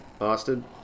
Austin